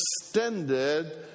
extended